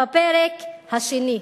בפרק השני.